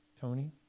tony